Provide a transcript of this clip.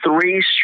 three